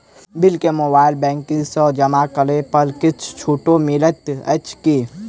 Bill केँ mobile banking सँ जमा करै पर किछ छुटो मिलैत अछि की?